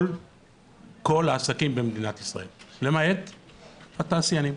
כל העסקים במדינת ישראל, למעט התעשיינים,